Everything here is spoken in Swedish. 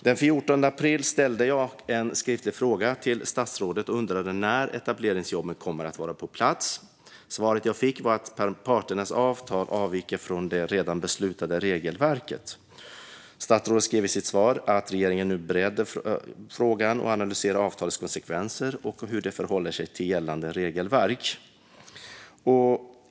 Den 14 april ställde jag en skriftlig fråga till statsrådet och undrade när etableringsjobben kommer att vara på plats. Svaret jag fick var att parternas avtal avviker från det redan beslutade regelverket. Statsrådet skrev i sitt svar att regeringen nu bereder frågan och analyserar avtalets konsekvenser och hur det förhåller sig till gällande regelverk.